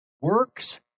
works